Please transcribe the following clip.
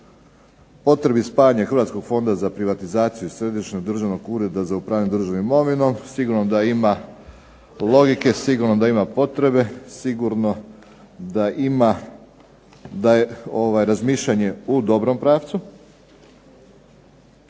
potrebi spajanja Hrvatskog fonda za privatizaciju Središnjeg državnog ureda za upravljanje državnom imovinom, sigurno da ima logike, sigurno da ima potrebe, sigurno da ima, da je razmišljanje u dobrom pravcu,